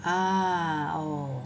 ah oh